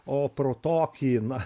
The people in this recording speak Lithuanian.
o pro tokį na